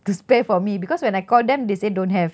to spare for me because when I called them they say don't have